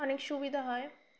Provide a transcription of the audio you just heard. অনেক সুবিধা হয়